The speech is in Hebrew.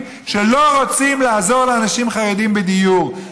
שלא רוצים לעזור לאנשים חרדים בדיור.